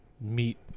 meet